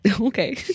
Okay